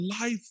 life